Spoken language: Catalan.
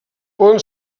poden